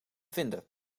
vinden